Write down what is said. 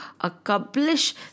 accomplish